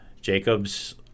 Jacob's